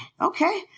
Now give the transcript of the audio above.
Okay